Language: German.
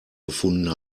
gefunden